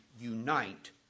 unite